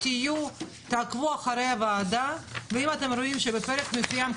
תעקבו אחרי הוועדה ואם אתם רואים שבפרק מסוים,